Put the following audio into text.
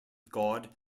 god